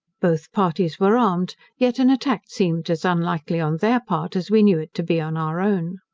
both parties were armed yet an attack seemed as unlikely on their part, as we knew it to be on our own.